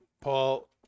paul